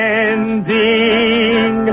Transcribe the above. ending